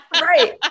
Right